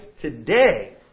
today